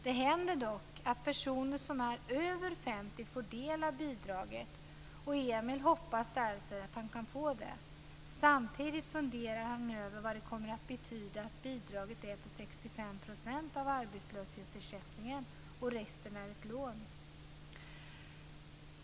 Det händer dock att personer som är över 50 får del av bidraget, och Emil hoppas därför att han kan få det. Samtidigt funderar han över vad det kommer att betyda att bidraget är på 65 % av arbetslöshetsersättningen och att resten är ett lån.